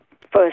first